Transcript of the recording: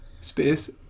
Space